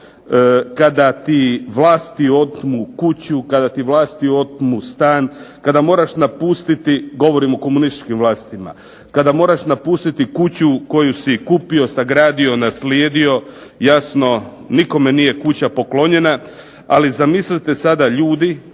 kada ti vlasti otmu kuću, kada ti vlasti otmu stan, kada moraš napustiti, govorim o komunističkim vlastima, kada moraš napustiti kuću koju si kupio, sagradio, naslijedio. Jasno, nikome nije kuća poklonjena, ali zamislite sada ljude